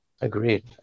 agreed